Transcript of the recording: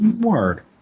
Word